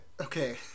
okay